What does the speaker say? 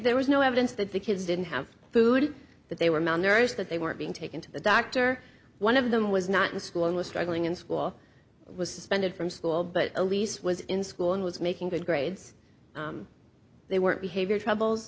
there was no evidence that the kids didn't have food that they were malnourished that they weren't being taken to the doctor one of them was not in school and was struggling in school was suspended from school but elise was in school and was making good grades they weren't behavior troubles